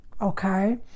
okay